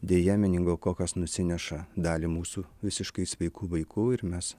deja meningokokas nusineša dalį mūsų visiškai sveikų vaikų ir mes